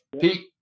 Pete